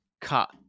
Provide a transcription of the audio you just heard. cut